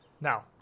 Now